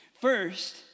First